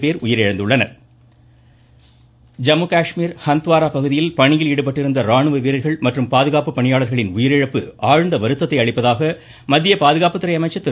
ராஜ்நாத் சிங் ஜம்மு காஷ்மீர் ஹந்துவாரா பகுதியில் பணியில் ஈடுபட்டிருந்த ராணுவ வீரர்கள் மற்றும் பாதுகாப்பு பணியாளர்களின் உயிரிழப்பு ஆழ்ந்த வருத்தத்தை அளிப்பதாக மத்திய பாதுகாப்புத்துறை அமைச்சர் திரு